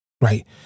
Right